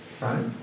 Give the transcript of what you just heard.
Right